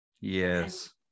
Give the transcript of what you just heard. Yes